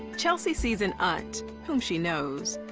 chelsea sees an aunt whom she knows,